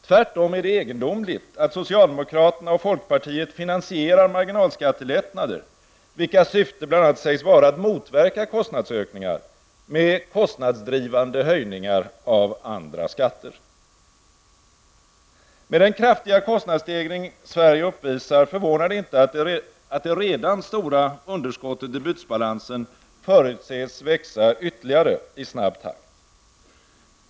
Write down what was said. Tvärtom är det egendomligt att socialdemokraterna och folkpartiet finansierar marginalskattelättnader, vilkas syfte bl.a. sägs vara att motverka kostnadsökningar, med kostnadsdrivande höjningar av andra skatter. Med den kraftiga kostnadsstegring Sverige uppvisar förvånar det inte att det redan stora underskottet i bytesbalansen förutses växa ytterligare i snabb takt.